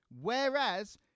Whereas